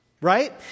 right